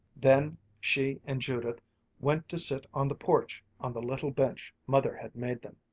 then she and judith went to sit on the porch on the little bench mother had made them.